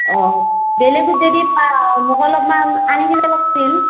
অঁ বেলেগত যদি পাৱ মোক অলপমান আনি দিব লাগিছিল